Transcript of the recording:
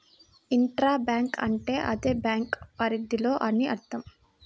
intra bank అంటే అదే bank పరిధిలో అని అర్థం